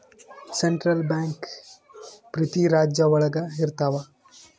central bank ಪ್ರತಿ ರಾಜ್ಯ ಒಳಗ ಇರ್ತವ